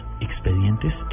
Expedientes